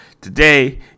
Today